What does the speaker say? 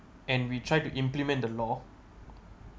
and we try to implement the law